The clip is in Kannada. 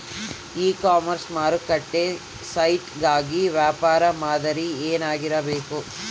ಇ ಕಾಮರ್ಸ್ ಮಾರುಕಟ್ಟೆ ಸೈಟ್ ಗಾಗಿ ವ್ಯವಹಾರ ಮಾದರಿ ಏನಾಗಿರಬೇಕು?